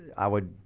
i would